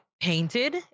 painted